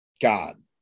god